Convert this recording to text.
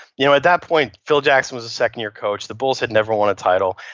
you know at that point phil jackson was a second year coach. the bulls have never won a title.